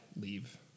leave